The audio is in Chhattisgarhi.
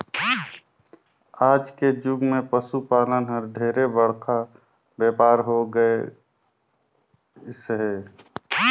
आज के जुग मे पसु पालन हर ढेरे बड़का बेपार हो होय गईस हे